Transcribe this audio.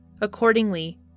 Accordingly